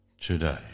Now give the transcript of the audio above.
Today